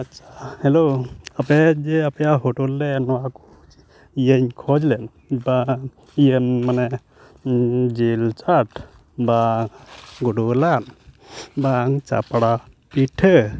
ᱟᱪᱪᱷᱟ ᱦᱮᱞᱳ ᱟᱯᱮ ᱡᱮ ᱟᱯᱮᱭᱟᱜ ᱦᱳᱴᱮᱞ ᱨᱮ ᱱᱚᱣᱟ ᱤᱭᱟᱹᱧ ᱠᱷᱚᱡᱽ ᱞᱮᱱ ᱵᱟᱝ ᱢᱟᱱᱮ ᱡᱤᱞ ᱪᱟᱴ ᱵᱟ ᱜᱳᱰᱳ ᱞᱟᱫ ᱵᱟᱝ ᱪᱟᱯᱲᱟ ᱯᱤᱴᱷᱟᱹ